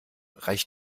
reicht